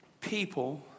People